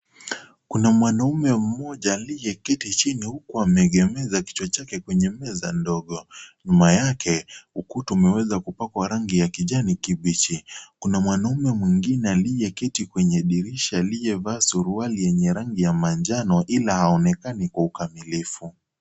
Kuna mwanaume mmoja aliyeketi chini huku ameegemeza kichwa chake kwenye meza ndogo. Nyuma yake, ukuta umeweza kupakwa rangi ya kijani kibichi. Kuna mwanaume mwingine aliyeketi kwenye dirisha aliyevaa suruali yenye rangi ya manjano ila haonekani kwa ukamilifu.